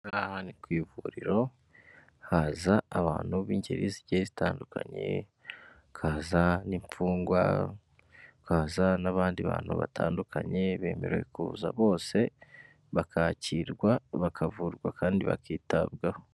Aha ngaha ni ku ivuriro haza abantu b'ingeri zigiye zitandukanye, hakaza n'imfungwa hakaza n'abandi bantu batandukanye bemerewe kuza bose bakakirwa bakavurwa kandi bakitabwaho.